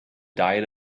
diet